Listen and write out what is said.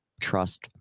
trust